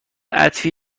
هدفی